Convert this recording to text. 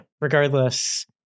regardless